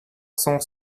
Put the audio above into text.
cent